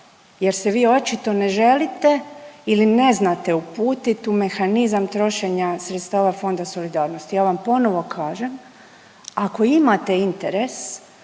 jer se vi očito ne želite ili ne znate uputiti u mehanizam trošenja sredstava Fonda solidarnosti. Ja vam ponovo kažem, ako imate interes